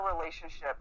relationship